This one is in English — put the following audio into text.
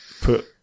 put